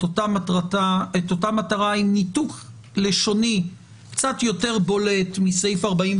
אותה מטרה עם ניתוק לשוני קצת יותר בולט מסעיף 44,